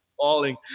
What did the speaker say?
falling